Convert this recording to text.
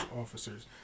officers